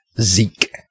Zeke